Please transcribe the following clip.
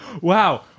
Wow